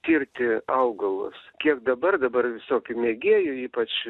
tirti augalus kiek dabar dabar visokių mėgėjų ypač